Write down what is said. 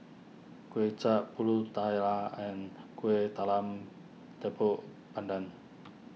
Kway Chap Pulut Tatal and Kueh Talam Tepong Pandan